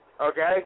Okay